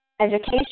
education